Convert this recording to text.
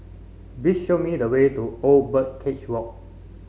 please show me the way to Old Birdcage Walk